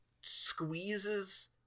Squeezes